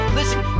Listen